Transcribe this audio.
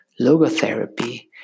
Logotherapy